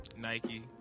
Nike